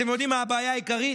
אתם יודעים מה הבעיה העיקרית?